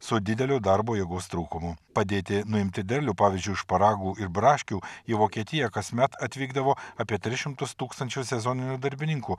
su dideliu darbo jėgos trūkumu padėti nuimti derlių pavyzdžiui šparagų ir braškių į vokietiją kasmet atvykdavo apie tris šimtus tūkstančių sezoninių darbininkų